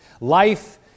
Life